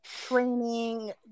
training